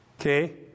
Okay